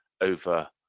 over